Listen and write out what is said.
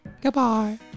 Goodbye